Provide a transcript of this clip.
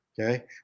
okay